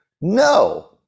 No